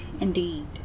indeed